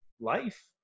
life